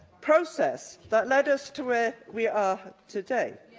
process that led us to where we are today.